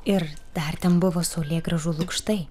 ir dar ten buvo saulėgrąžų lukštai